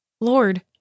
Lord